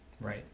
Right